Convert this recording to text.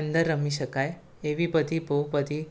અંદર રમી શકાય એવી બધી બહુ બધી